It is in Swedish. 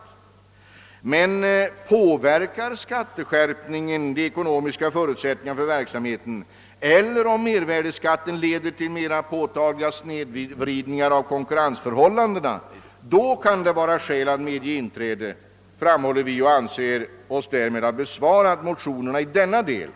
Men påverkar skatteskärpningen de ekonomiska förutsättningarna för verksamheten eller leder mervärdeskatten till mera påtagliga snedvridningar av konkurrensförhållandena kan det vara skäl att medge inträde, framhåller vi och anser oss därmed ha besvarat motionerna i denna del.